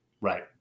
Right